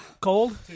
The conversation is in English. cold